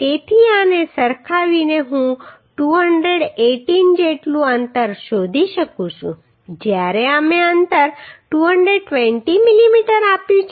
તેથી આને સરખાવીને હું 218 જેટલું અંતર શોધી શકું છું જ્યારે અમે અંતર 220 mm આપ્યું છે